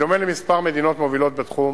בדומה לכמה מדינות מובילות בתחום,